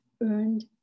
earned